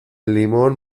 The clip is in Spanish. limón